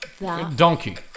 Donkey